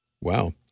Wow